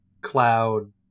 Cloud